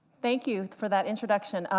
thank you, for that introduction.